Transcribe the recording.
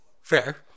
Fair